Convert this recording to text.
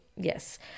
Yes